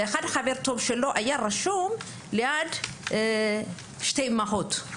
ולאחד החברים הטובים שלו יש שתי אימהות.